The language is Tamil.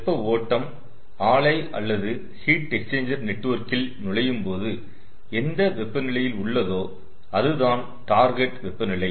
வெப்ப ஓட்டம் ஆலை அல்லது ஹீட் எக்ஸ்சேஞ்சர் நெட்வொர்க்கில் நுழையும்போது எந்த வெப்பநிலையில் உள்ளதோ அதுதான் டார்கெட் வெப்பநிலை